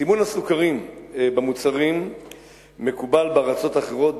סימון הסוכרים במוצרים מקובל בארצות אחרות,